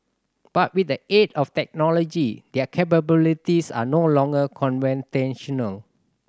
but with the aid of technology their capabilities are no longer conventional